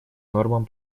нормам